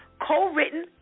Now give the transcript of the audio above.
co-written